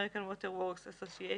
American Water Works Assocciation,